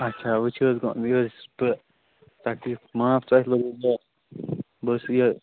اَچھا وۅنۍ چھُ یہِ حظ بہٕ تکلیٖف معاف تۅہہِ لوٚگوٕ یہِ بہٕ حظ چھُس یہِ